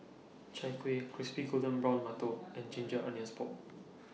Chai Kueh Crispy Golden Brown mantou and Ginger Onions Pork